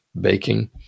baking